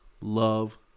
Love